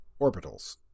orbitals